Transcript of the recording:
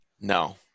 No